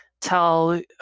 tell